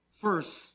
First